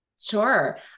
Sure